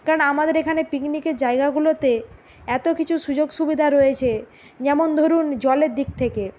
কারণ আমাদের এখানে পিকনিকের জায়গাগুলোতে এত কিছু সুযোগ সুবিধা রয়েছে যেমন ধরুন জলের দিক থেকে